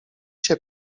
się